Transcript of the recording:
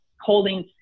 holding